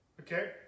Okay